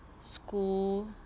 school